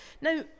Now